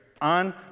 on